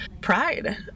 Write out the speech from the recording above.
pride